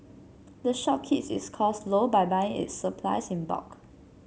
the shop keeps its costs low by buying its supplies in bulk